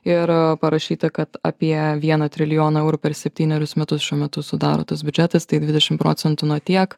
ir parašyta kad apie vieną trilijoną eurų per septynerius metus šiuo metu sudaro tas biudžetas tai dvidešim procentų nuo tiek